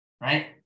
right